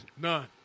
None